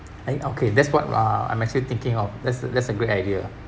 eh okay that's what uh I'm actually thinking of that's that's a good idea